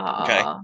Okay